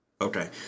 Okay